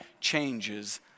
changes